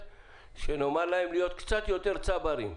ונאמר להם להיות קצת יותר צברים,